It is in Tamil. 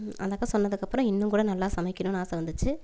அந்த அக்கா சொன்னதுக்கப்புறம் இன்னும் கூட நல்லா சமைக்கணுன்னு ஆசை வந்துச்சு